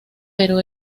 pero